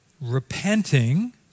repenting